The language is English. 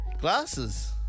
Glasses